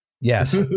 Yes